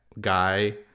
guy